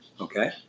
okay